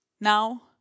Now